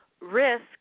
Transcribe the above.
risk